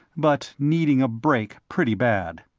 but needing a break pretty bad.